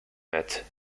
met